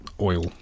oil